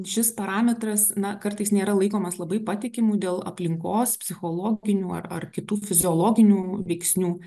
šis parametras na kartais nėra laikomas labai patikimu dėl aplinkos psichologinių ar kitų fiziologinių veiksnių